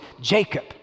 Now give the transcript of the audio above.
Jacob